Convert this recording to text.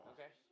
Okay